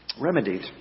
remedied